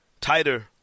tighter